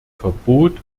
verbot